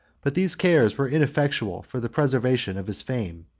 but these cares were ineffectual for the preservation of his fame,